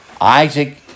Isaac